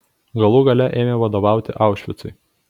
galų gale ėmė vadovauti aušvicui